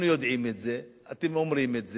אנחנו יודעים את זה, אתם אומרים את זה,